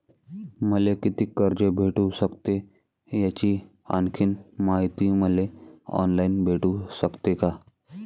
मले कितीक कर्ज भेटू सकते, याची आणखीन मायती मले ऑनलाईन भेटू सकते का?